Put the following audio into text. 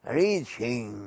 reaching